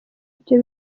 ibyo